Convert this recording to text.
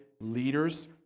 Leaders